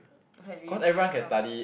like we wouldn't come